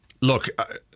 look